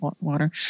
Water